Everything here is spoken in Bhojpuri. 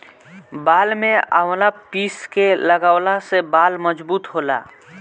बाल में आवंला पीस के लगवला से बाल मजबूत होला